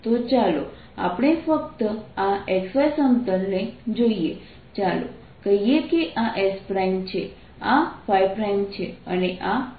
તો ચાલો આપણે ફક્ત આ x y સમતલને જોઈએ ચાલો કહીએ કે આ s છે આ છે અને આ s છે